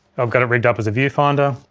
i've got it rigged up as a viewfinder,